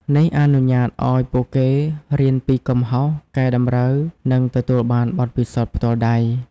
នេះអនុញ្ញាតឱ្យពួកគេរៀនពីកំហុស កែតម្រូវ និងទទួលបានបទពិសោធន៍ផ្ទាល់ដៃ។